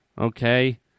Okay